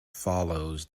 follows